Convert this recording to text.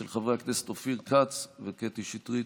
של חברי הכנסת אופיר כץ וקטי קטרין שטרית.